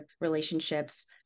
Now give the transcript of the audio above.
relationships